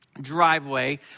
driveway